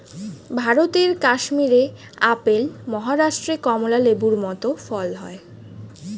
ভারতের কাশ্মীরে আপেল, মহারাষ্ট্রে কমলা লেবুর মত ফল হয়